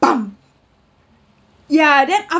bam yeah then after